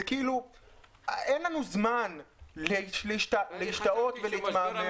אין לנו זמן להשתהות ולהתמהמה.